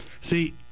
See